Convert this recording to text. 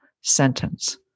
sentence